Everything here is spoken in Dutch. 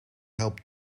helpt